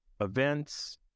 events